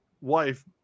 wife